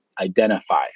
identify